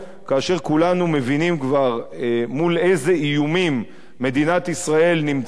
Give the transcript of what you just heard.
כאשר כולנו מבינים כבר מול איזה איומים מדינת ישראל נמצאת,